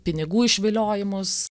pinigų išviliojimus